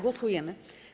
Głosujemy.